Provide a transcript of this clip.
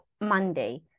monday